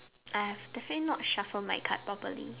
I've definitely not shuffle my cards properly